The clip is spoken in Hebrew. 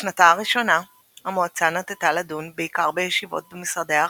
רובם עם רקע אקדמאי ומקצועי.